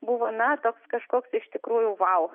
buvo na toks kažkoks iš tikrųjų vau